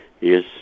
Yes